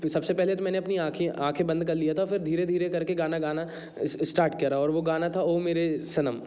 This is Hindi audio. सब से पहले तो मैंने अपनी आँखें आँखें बंद कर लिया था फिर धीरे धीरे कर के गाना गाना स्टार्ट करा और वो गाना था ओ मेरे सनम